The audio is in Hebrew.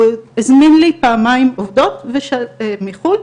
הוא הזמין לי פעמיים עובדות מחו"ל,